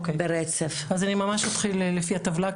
אז אני ממש אתחיל לפי הטבלה,